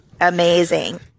amazing